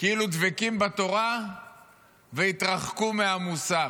כאילו דבקים בתורה והתרחקו מהמוסר.